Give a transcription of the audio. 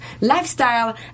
lifestyle